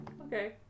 Okay